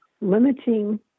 limiting